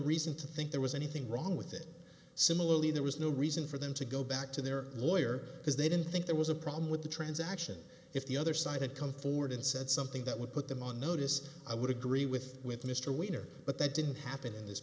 reason to think there was anything wrong with it similarly there was no reason for them to go back to their lawyer because they didn't think there was a problem with the transaction if the other side had come forward and said something that would put them on notice i would agree with with mr wiener but that didn't happen in this